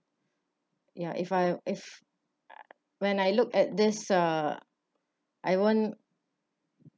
ya if I if when I looked at this uh I won't